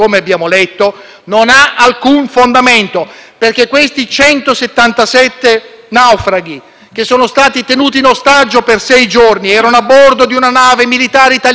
che sono stati tenuti in ostaggio per sei giorni erano a bordo di una nave militare italiana, erano già dentro i confini della Patria, dentro i confini nazionali e non c'era alcun confine